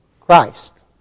Christ